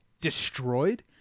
destroyed